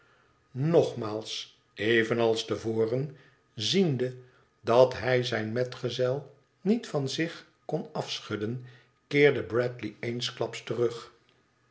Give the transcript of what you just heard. nogmaals evenals te voren ziende dat hij zijn metgezel niet van zich kon afschudden keerde bradley eensklaps terug